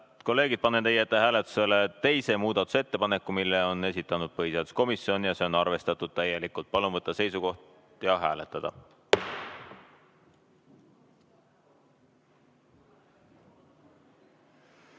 kolleegid, panen teie ette hääletusele teise muudatusettepaneku. Selle on esitanud põhiseaduskomisjon ja seda on arvestatud täielikult. Palun võtta seisukoht ja hääletada!